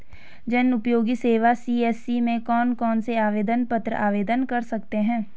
जनउपयोगी सेवा सी.एस.सी में कौन कौनसे आवेदन पत्र आवेदन कर सकते हैं?